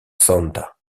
santa